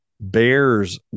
bear's